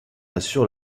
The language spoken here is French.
assure